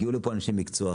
הגיעו לפה אנשי מקצוע,